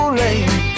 lame